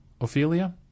Ophelia